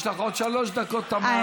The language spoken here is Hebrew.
יש לך עוד שלוש דקות, תמר.